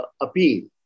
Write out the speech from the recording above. appeal